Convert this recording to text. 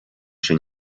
się